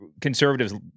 conservatives